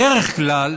בדרך כלל,